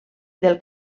del